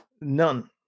None